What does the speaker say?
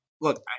look